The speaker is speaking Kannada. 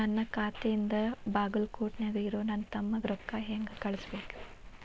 ನನ್ನ ಖಾತೆಯಿಂದ ಬಾಗಲ್ಕೋಟ್ ನ್ಯಾಗ್ ಇರೋ ನನ್ನ ತಮ್ಮಗ ರೊಕ್ಕ ಹೆಂಗ್ ಕಳಸಬೇಕ್ರಿ?